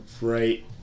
right